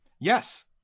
Yes